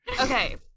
Okay